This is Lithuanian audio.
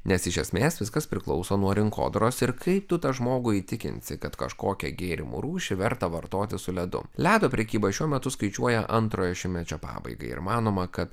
nes iš esmės viskas priklauso nuo rinkodaros ir kai tu tą žmogų įtikinsi kad kažkokią gėrimo rūšį verta vartoti su ledu ledo prekyba šiuo metu skaičiuoja antrojo šimtmečio pabaigą ir manoma kad